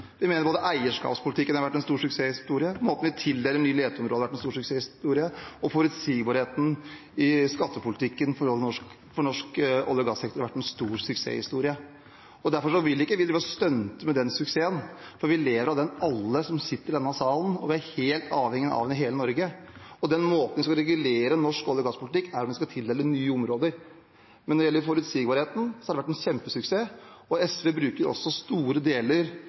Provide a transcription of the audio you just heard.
Vi mener at eierskapspolitikken har vært en stor suksesshistorie, måten vi tildeler nye leteområder på, har vært en stor suksesshistorie, og forutsigbarheten i skattepolitikken for norsk olje- og gassektor har vært en stor suksesshistorie. Derfor vil vi ikke drive og stunte med den suksessen, for alle som sitter i denne salen, lever av den, og hele Norge er helt avhengig av den. Den måten som vi regulerer norsk olje- og gasspolitikk på, dreier seg om vi skal tildele nye områder. Men når det gjelder forutsigbarheten, har det vært en kjempesuksess, og også store deler